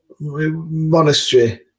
Monastery